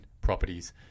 properties